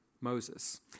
Moses